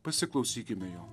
pasiklausykime jo